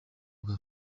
bwa